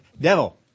Devil